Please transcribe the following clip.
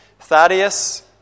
Thaddeus